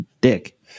dick